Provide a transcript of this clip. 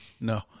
No